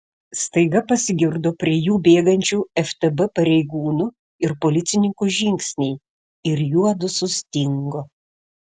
staiga pasigirdo prie jų bėgančių ftb pareigūnų ir policininkų žingsniai ir juodu sustingo